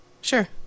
Sure